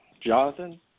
Jonathan